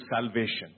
salvation